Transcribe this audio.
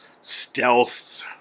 stealth